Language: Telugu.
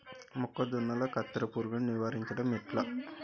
మొక్కజొన్నల కత్తెర పురుగుని నివారించడం ఎట్లా?